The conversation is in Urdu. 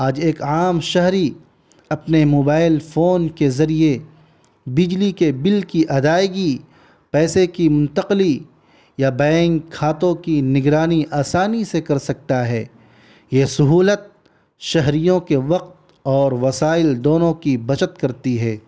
آج ایک عام شہری اپنے موبائل فون کے ذریعے بجلی کے بل کی ادائیگی پیسے کی منتقلی یا بینک کھاتوں کی نگرانی آسانی سے کر سکتا ہے یہ سہولت شہریوں کے وقت اور وسائل دونوں کی بچت کرتی ہے